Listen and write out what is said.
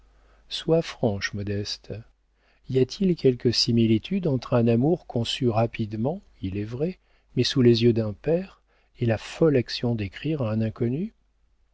sois franche modeste y a-t-il quelque similitude entre un amour conçu rapidement il est vrai mais sous les yeux d'un père et la folle action d'écrire à un inconnu